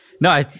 No